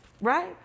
right